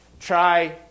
try